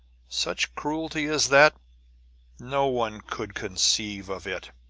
such cruelty as that no one could conceive of it!